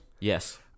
Yes